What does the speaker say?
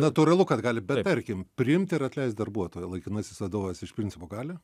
natūralu kad gali bet tarkim priimt ir atleist darbuotoją laikinasis vadovas iš principo gali